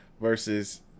versus